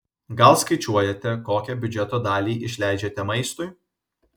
gal skaičiuojate kokią biudžeto dalį išleidžiate maistui